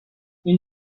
این